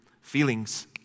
Feelings